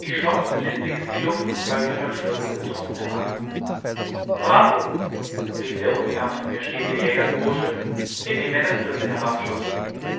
ich schoß blindlings in die luft und zwei hühner stürzten getroffen herab bravo rief der unfern von mir stehende jägerbursche indem er das dritte